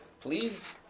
please